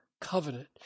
covenant